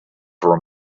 for